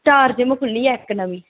star gym खुल्ली ऐ इक्क नमीं